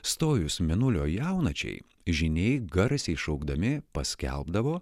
stojus mėnulio jaunačiai žyniai garsiai šaukdami paskelbdavo